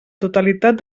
totalitat